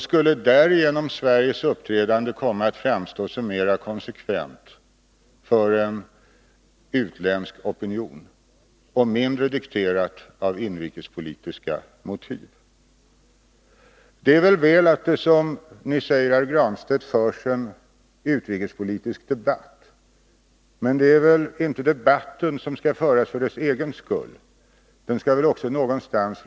Skulle därigenom Sveriges uppträdande för en utländsk opinion komma att framstå som mer konsekvent och mindre dikterat av inrikespolitiska motiv? Som herr Granstedt säger är det bra att det förs en utrikespolitisk debatt. Men debatten skall inte föras för sin egen skull, den skall väl leda någonstans.